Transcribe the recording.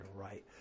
right